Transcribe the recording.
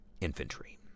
infantry